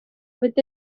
with